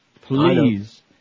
please